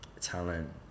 talent